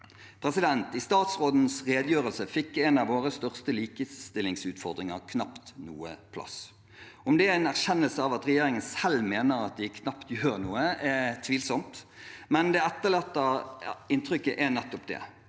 noe med. I statsrådens redegjørelse fikk en av våre største likestillingsutfordringer knapt noe plass. Om det er en erkjennelse av at regjeringen selv mener at de knapt gjør noe, er tvilsomt, men det etterlatte inntrykket er nettopp det.